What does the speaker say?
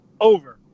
Over